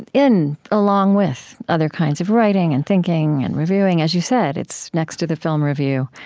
in along with other kinds of writing and thinking and reviewing. as you said, it's next to the film review